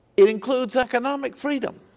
it includes economic freedom